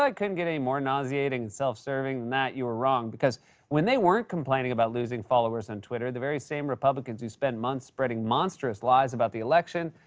like couldn't get any more nauseating and self-serving than that, you were wrong, because when they weren't complaining about losing followers on twitter, the very same republicans who spent months spreading monstrous lies about the election,